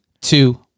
two